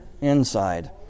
Inside